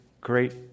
great